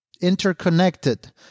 interconnected